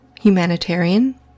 humanitarian